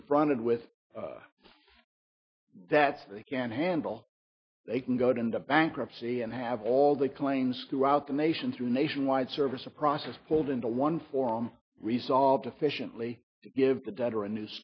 confronted with that they can handle they can go to bankruptcy and have all the claims throughout the nation through nationwide service of process pulled into one form resolved efficiently to give the debtor a new